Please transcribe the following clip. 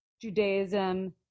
Judaism